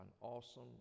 awesome